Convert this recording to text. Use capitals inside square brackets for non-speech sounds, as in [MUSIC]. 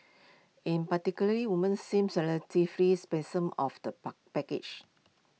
[NOISE] in particular women seemed relatively [UNINTELLIGIBLE] of the puck package